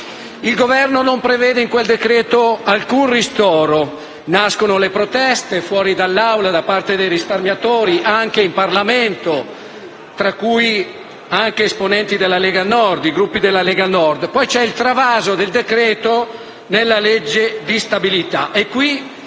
Il Governo non prevede in quel decreto alcun ristoro. Nascono le proteste fuori dall'Aula da parte dei risparmiatori; anche in Parlamento da parte dei Gruppi della Lega Nord. Poi c'è il travaso del decreto-legge nella legge di stabilità.